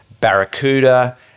Barracuda